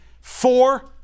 four